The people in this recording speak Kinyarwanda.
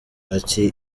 ati